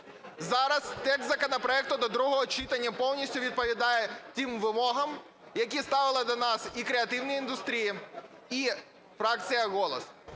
Зараз текст законопроекту до другого читання повністю відповідає тим вимогам, які ставили до нас і креативні індустрії, і фракція "Голос".